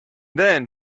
then